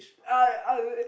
uh uh